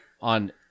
on